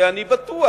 ואני בטוח,